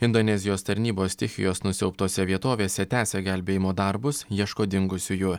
indonezijos tarnybos stichijos nusiaubtose vietovėse tęsia gelbėjimo darbus ieško dingusiųjų